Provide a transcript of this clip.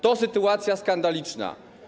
To sytuacja skandaliczna.